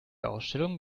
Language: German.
ausstellung